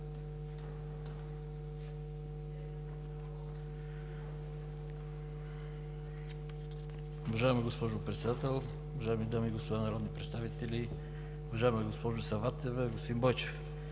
Уважаема госпожо Председател, уважаеми дами и господа народни представители, уважаема госпожо Саватева, господин Бойчев!